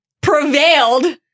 prevailed